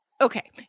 okay